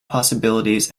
possibilities